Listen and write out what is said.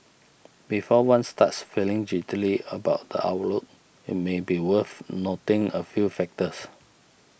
before one starts feeling jittery about the outlook it may be worth noting a few factors